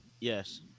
yes